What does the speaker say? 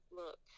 look